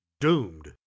doomed